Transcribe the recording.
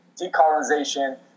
Decolonization